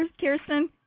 Kirsten